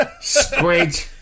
Squid